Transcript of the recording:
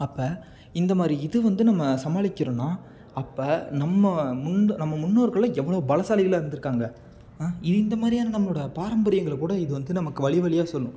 அப்போ இந்த மாதிரி இது வந்து நம்ம சமாளிக்கிறோம்ன்னா அப்போ நம்ம முந்து நம்ம முன்னோர்கள்லாம் எவ்வளோ பலசாலிகளாக இருந்திருக்காங்க ஆ இ இந்த மாதிரியான நம்மளோடய பாரம்பரியங்களைக் கூட இது வந்து நமக்கு வழி வழியா சொல்லும்